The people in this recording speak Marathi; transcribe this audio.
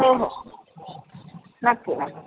हो हो नक्की नक्की